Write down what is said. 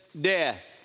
death